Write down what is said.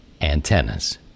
antennas